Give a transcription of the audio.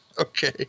Okay